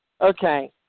Okay